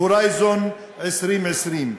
"הורייזן 2020",